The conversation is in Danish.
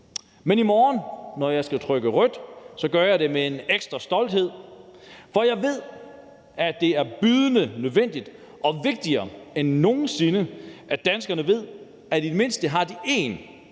jeg i morgen skal trykke på den røde knap, gør jeg det med en ekstra stolthed. For jeg ved, at det er bydende nødvendigt og vigtigere end nogen sinde, at danskerne ved, at de i det mindste har én